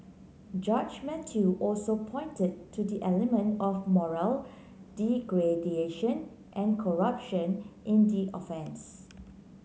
Judge Mathew also pointed to the element of moral degradation and corruption in the offence